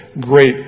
great